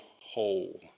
whole